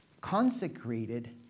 consecrated